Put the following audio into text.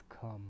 come